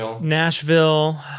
nashville